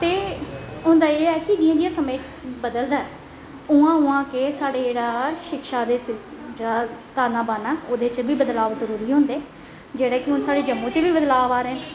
ते होंदा एह् ऐ कि जियां जियां समें बदलदा ऐ उ'आं उ'आं गै साढ़े जेह्ड़ा शिक्षा दे जेह्ड़ा ताना बाना ओह्दे च बी बदलाव जरूरी होंदे जेह्ड़े कि हून साढ़े जम्मू च बी बदलाव आ दे न